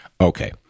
okay